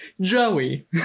Joey